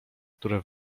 które